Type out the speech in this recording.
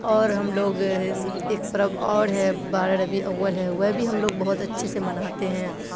اور ہم لوگ ایک پرب اور ہے بارہ ربیع اول ہے وہ بھی ہم لوگ بہت اچھے سے مناتے ہیں